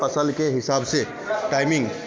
फसल के हिसाब से टाइमिंग